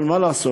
אבל מה לעשות,